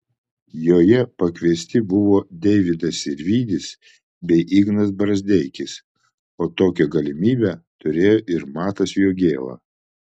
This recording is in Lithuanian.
joje pakviesti buvo deividas sirvydis bei ignas brazdeikis o tokią galimybę turėjo ir matas jogėla